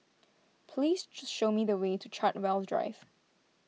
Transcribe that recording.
please show me the way to Chartwell Drive